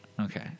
Okay